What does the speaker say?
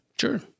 Sure